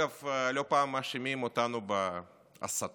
אגב, לא פעם מאשימים אותנו בהסתה,